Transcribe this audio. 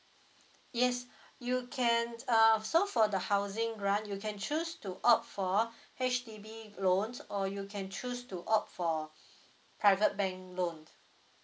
yes you can uh so for the housing grant you can choose to opt for H_D_B loans or you can choose to opt for private bank loan